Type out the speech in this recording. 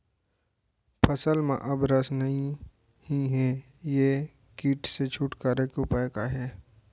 फसल में अब रस नही हे ये किट से छुटकारा के उपाय का हे?